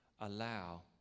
allow